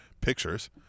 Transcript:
pictures